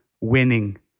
winning